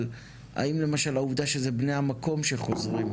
אבל האם למשל, העובדה שזה בני המקום שחוזרים,